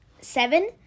Seven